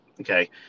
Okay